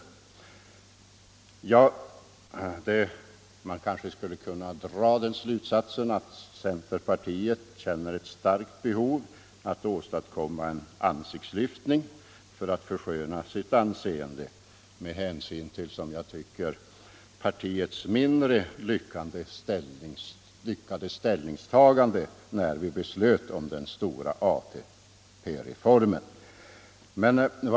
Man kanske därav skulle kunna dra den slutsatsen, att centerpartiet känner ett starkt behov av att åstadkomma en ansiktslyftning för att försköna sitt anseende med hänsyn till, som jag tycker, partiets mindre lyckade ställningstagande när vi beslöt genomföra den stora ATP reformen.